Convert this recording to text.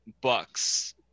Bucks